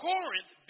Corinth